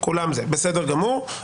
בסדר גמור.